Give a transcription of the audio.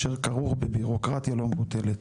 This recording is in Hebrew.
שכרוך בבירוקרטיה לא מבוטלת.